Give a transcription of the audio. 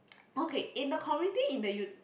okay in the community in the u